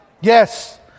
Yes